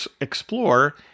explore